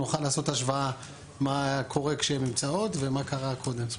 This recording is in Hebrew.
נוכל לעשות השוואה מה קורה כשהן נמצאות ומה קרה קודם.